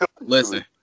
listen